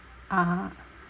(uh huh)